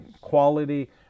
quality